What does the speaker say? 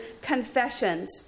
confessions